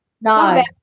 No